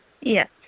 Yes